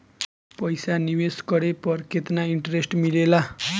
पईसा निवेश करे पर केतना इंटरेस्ट मिलेला?